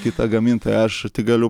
kitą gamintoją aš tik galiu